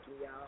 y'all